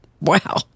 Wow